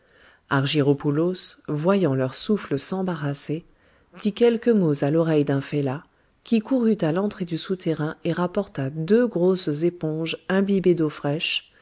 argyropoulos voyant leur souffle s'embarrasser dit quelques mots à l'oreille d'un fellah qui courut à l'entrée du souterrain et rapporta deux grosses éponges imbibées d'eau fraîche